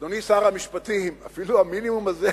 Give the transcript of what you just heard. אדוני שר המשפטים אפילו המינימום הזה,